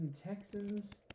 Texans